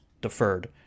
deferred